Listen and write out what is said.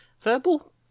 verbal